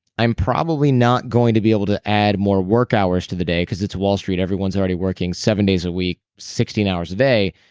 i'm probably not going to be able to add more work hours to the day. because it's wall street, everyone's already working seven days a week sixteen hours a day.